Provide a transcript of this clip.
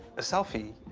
a selfie?